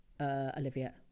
Olivia